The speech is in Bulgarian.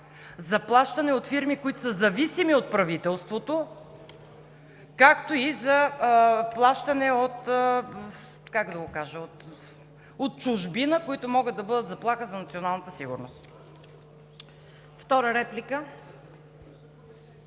за плащане от фирми, които са зависими от правителството, както и за плащане от чужбина, които могат да бъдат заплаха за националната сигурност.